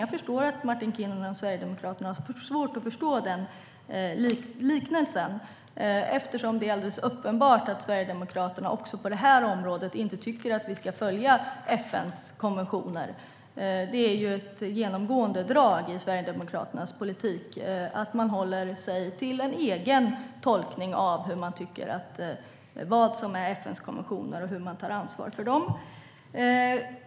Jag förstår att Martin Kinnunen och Sverigedemokraterna har svårt att förstå det, för det är uppenbart att Sverigedemokraterna inte heller på det här området tycker att vi ska följa FN:s konventioner. Det är ju ett genomgående drag i Sverigedemokraternas politik att man håller sig till en egen tolkning av vad FN:s konventioner innebär och hur man tar ansvar för dem.